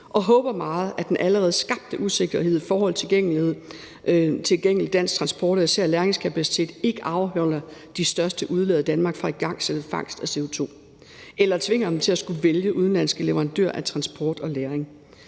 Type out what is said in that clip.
og håber meget, at den allerede skabte usikkerhed i forhold til tilgængelig dansk transport af især lagringskapacitet ikke afholder de største udledere i Danmark fra at igangsætte fangst af CO2 eller tvinger dem til at skulle vælge udenlandske leverandører af transport og lagring.